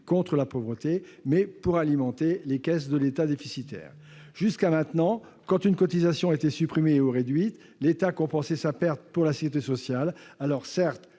contre la pauvreté -, mais pour alimenter les caisses de l'État déficitaire. Jusqu'à maintenant, quand une cotisation était supprimée ou réduite, l'État compensait cette perte pour la sécurité sociale ; certes,